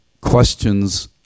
questions